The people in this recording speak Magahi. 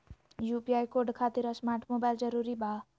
यू.पी.आई कोड खातिर स्मार्ट मोबाइल जरूरी बा?